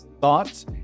thoughts